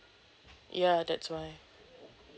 ya that's why